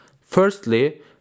Firstly